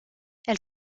elle